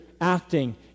acting